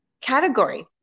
category